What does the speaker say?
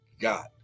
God